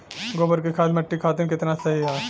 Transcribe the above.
गोबर क खाद्य मट्टी खातिन कितना सही ह?